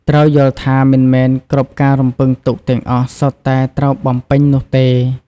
ត្រូវយល់ថាមិនមែនគ្រប់ការរំពឹងទុកទាំងអស់សុទ្ធតែត្រូវតែបំពេញនោះទេ។